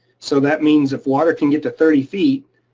so that means if water can get to thirty feet,